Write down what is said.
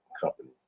company